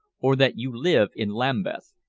or that you live in lambeth.